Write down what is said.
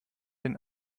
den